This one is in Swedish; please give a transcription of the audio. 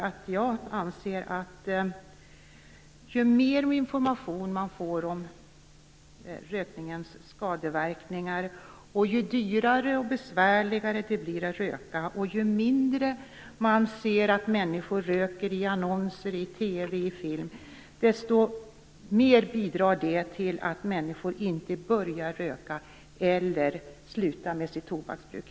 Att man får mer information om rökningens skadeverkningar, att det blir dyrare och besvärligare att röka och att man allt mindre ser att människor röker i annonser, i TV och i film bidrar till att människor inte börjar röka eller att de slutar med sitt tobaksbruk.